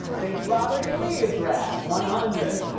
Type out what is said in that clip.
thinks robert e. lee is rad, one hundred.